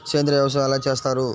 సేంద్రీయ వ్యవసాయం ఎలా చేస్తారు?